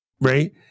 Right